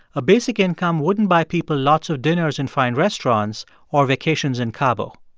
a basic income wouldn't buy people lots of dinners in fine restaurants or vacations in cabo.